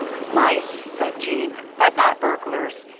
mice, said jean, but not burglars.